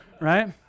right